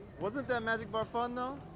wasn't that magic bar fun though?